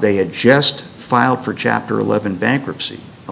they had just filed for chapter eleven bankruptcy a